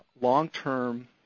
long-term